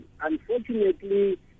Unfortunately